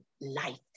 life